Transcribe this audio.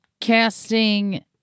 casting